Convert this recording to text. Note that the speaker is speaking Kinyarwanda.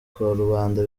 karubanda